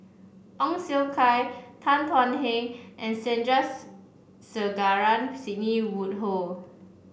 Ong Siong Kai Tan Thuan Heng and Sandrasegaran Sidney Woodhull